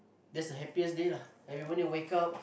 that's the happiest day lah every morning when you wake up